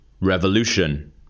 Revolution